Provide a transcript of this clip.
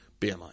BMI